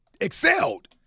excelled